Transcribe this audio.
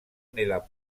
nella